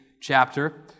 chapter